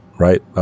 Right